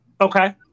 Okay